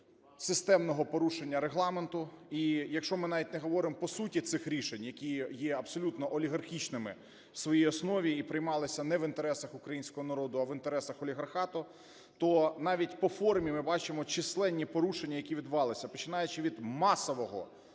системного порушення регламенту. І якщо ми навіть не говоримо по суті цих рішень, які є абсолютно олігархічними в своїй основі і приймалися не в інтересах українського народу, а в інтересахолігархату, то навіть по формі ми бачимо численні порушення, які відбувалися, починаючи від масового